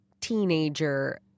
teenager